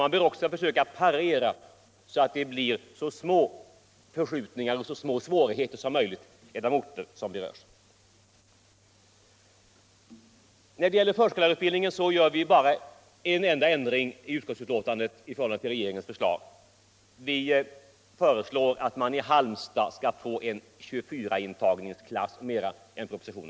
Man bör också försöka parera så att det blir så små förskjutningar och svårigheter som möjligt inom de orter som berörs. När det gäller förskollärarutbildningen gör vi i utskottsbetänkandet bara en ändring i förhållande till regeringens förslag. Vi föreslår att man i Halmstad utöver propositionens förslag skall få en klass med 24 deltagare.